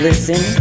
Listen